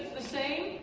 the same.